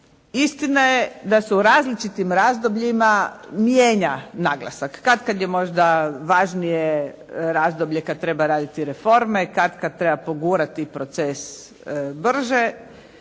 istina je da su u različitim razdobljima mijenja naglasak. Katkad je možda važnije razdoblje kad treba raditi reforme. Katkad treba pogurati proces brže.